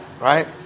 right